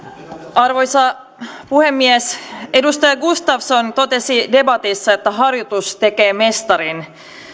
arvoisa puhemies edustaja gustafsson totesi debatissa että harjoitus tekee mestarin